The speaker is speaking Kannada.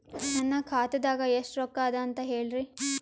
ನನ್ನ ಖಾತಾದಾಗ ಎಷ್ಟ ರೊಕ್ಕ ಅದ ಅಂತ ಹೇಳರಿ?